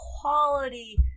quality